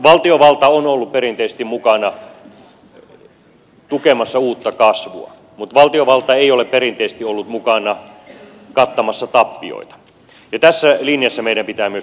valtiovalta on ollut perinteisesti mukana tukemassa uutta kasvua mutta valtiovalta ei ole perinteisesti ollut mukana kattamassa tappioita ja tässä linjassa meidän pitää myös pysyä